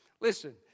Listen